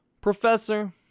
Professor